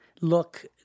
look